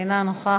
אינה נוכחת.